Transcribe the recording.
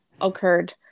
occurred